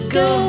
go